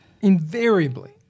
invariably